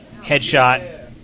headshot